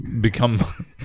become